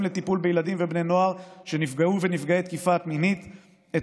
לטיפול בילדים ובני נוער שנפגעו והם נפגעי תקיפה מינית את